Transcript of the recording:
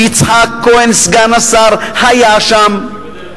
ויצחק כהן סגן השר היה שם,